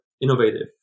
innovative